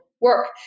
work